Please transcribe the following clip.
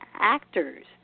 actors